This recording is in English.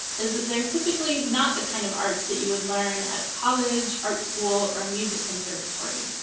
is that they're typically not the kind of arts that you would learn at a college, art school, or a music conservatory.